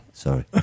Sorry